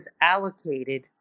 allocated